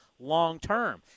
long-term